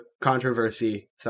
controversy